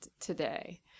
today